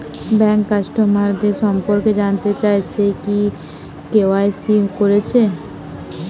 bank কাস্টমারদের সম্পর্কে জানতে চাই সে কি কে.ওয়াই.সি কোরেছে